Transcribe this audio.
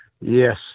Yes